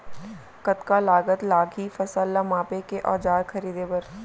कतका लागत लागही फसल ला मापे के औज़ार खरीदे बर?